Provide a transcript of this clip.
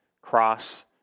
cross